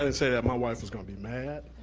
i didn't say that, my wife was gonna be mad.